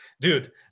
Dude